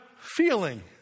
feeling